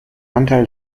anteil